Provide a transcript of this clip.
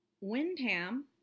Windham